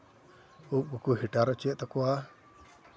ᱩᱵ ᱠᱚᱠᱚ ᱦᱤᱴᱟᱨ ᱦᱚᱪᱚᱭᱮᱫ ᱛᱟᱠᱳᱣᱟ